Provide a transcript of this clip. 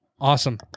Awesome